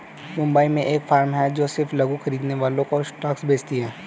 मुंबई में एक फार्म है जो सिर्फ लघु खरीदने वालों को स्टॉक्स बेचती है